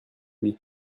lui